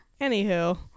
Anywho